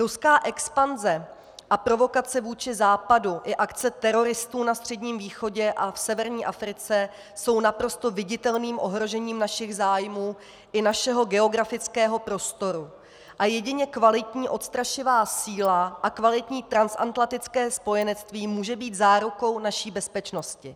Ruská expanze a provokace vůči Západu i akce teroristů na Středním východě a v severní Africe jsou naprosto viditelným ohrožením našich zájmů i našeho geografického prostoru a jedině kvalitní odstrašivá síla a kvalitní transatlantické spojenectví může být zárukou naší bezpečnosti.